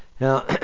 Now